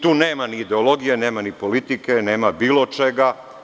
Tu nema ni ideologije, nema ni politike, nema bilo čega.